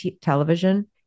television